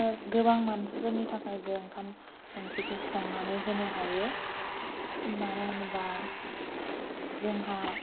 आङो गोबां मानसिफोरनि थाखायबो ओंखाम ओंख्रिखौ संनानै होनो हायो मानो होनबा जोंहा